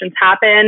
happen